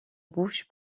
bouche